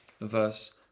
verse